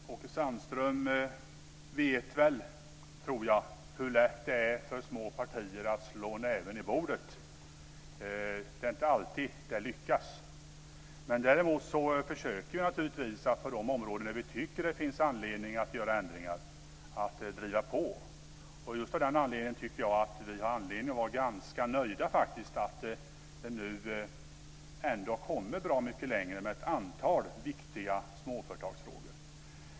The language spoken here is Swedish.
Fru talman! Åke Sandström vet väl hur lätt det är för små partier att slå näven i bordet. Det är inte alltid det lyckas. Däremot försöker Vänsterpartiet att driva på på de områden vi tycker att det finns anledning att göra ändringar. Just av den anledningen tycker vi att vi kan vara ganska nöjda över att vi har kommit bra mycket längre med ett antal viktiga småföretagsfrågor.